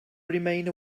remain